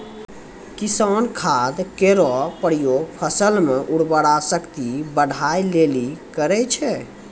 किसान खाद केरो प्रयोग फसल म उर्वरा शक्ति बढ़ाय लेलि करै छै